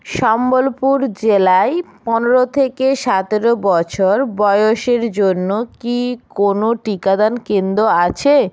সম্বলপুর জেলায় পনেরো থেকে সতেরো বছর বয়সের জন্য কি কোনো টিকাদান কেন্দ্র আছে